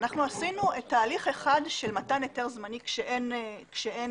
אנחנו עשינו תהליך אחד של מתן היתר זמני כשאין תגובה.